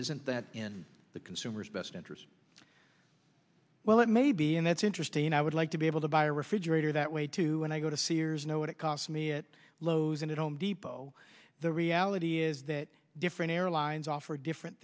isn't that in the consumer's best interest well it may be and that's interesting and i would like to be able to buy a refrigerator that way too when i go to sears know what it costs me at lowe's and at home depot the reality is that different airlines offer different